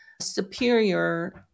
superior